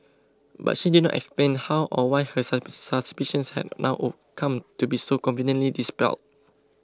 but she did not explain how or why her suspicions had now oh come to be so conveniently dispelled